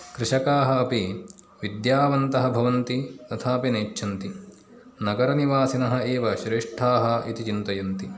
कृषकाः अपि विद्यावन्तः भवन्ति तथापि नेच्छन्ति नगरनिवासिनः एव श्रेष्ठाः इति चिन्तयन्ति